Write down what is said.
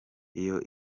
iyo